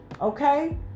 okay